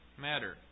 matter